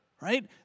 right